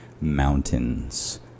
mountains